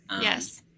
Yes